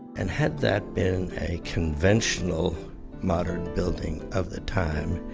and had that been a conventional modern building of the time,